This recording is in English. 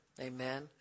Amen